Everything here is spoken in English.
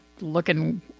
looking